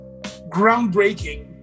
groundbreaking